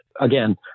again